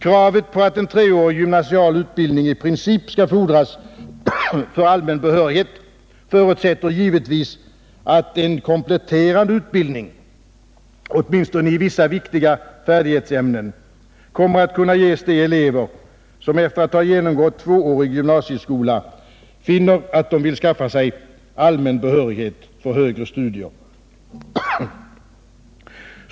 Kravet på att en treårig gymnasial utbildning i princip skall fordras för allmän behörighet förutsätter givetvis att en kompletterande utbildning, åtminstone i vissa viktiga färdighetsämnen, kommer att kunna ges de elever som efter att ha genomgått tvåårig gymnasieskola finner att de vill skaffa sig allmän behörighet för högre studier.